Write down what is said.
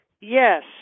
Yes